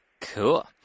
cool